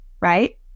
right